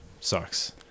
sucks